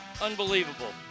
Unbelievable